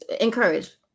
encourage